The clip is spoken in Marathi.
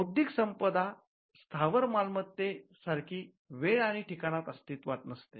बौद्धिक संपदा स्थावर मालमत्ते सारखी वेळ आणि ठिकाणत अस्तित्वात नसते